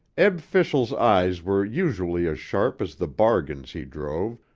ebb fischel's eyes were usually as sharp as the bargains he drove,